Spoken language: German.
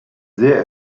sehr